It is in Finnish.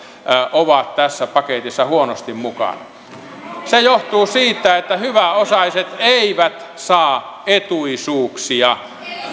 ovat tässä paketissa huonosti mukana se johtuu siitä että hyväosaiset eivät saa etuisuuksia